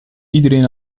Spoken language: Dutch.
iedereen